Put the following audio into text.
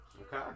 Okay